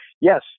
yes